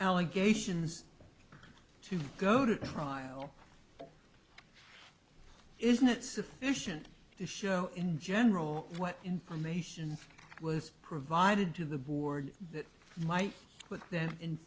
allegations to go to trial isn't it sufficient to show in general what information was provided to the board that might put them in